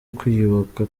kwiyubaka